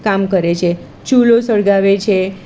કામ કરે છે ચૂલો સળગાવે છે